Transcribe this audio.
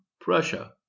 prussia